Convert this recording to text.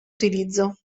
utilizzo